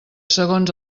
segons